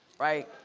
right?